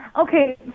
okay